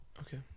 Okay